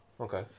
Okay